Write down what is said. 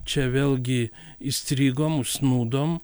čia vėlgi įstrigom užsnūdom